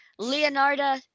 Leonarda